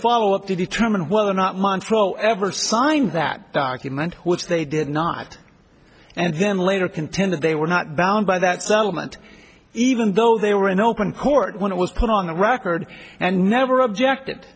follow up to determine whether or not montreaux ever signed that document which they did not and then later contended they were not bound by that settlement even though they were in open court when it was put on the record and never objected